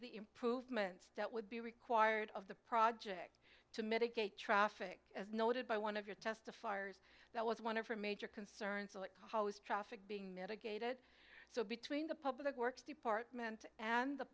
the improvements that would be required of the project to mitigate traffic as noted by one of your testifiers that was one of her major concerns how is traffic being mitigated so between the public works department and the